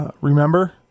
remember